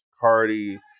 Cardi